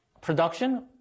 production